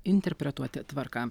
interpretuoti tvarką